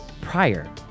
prior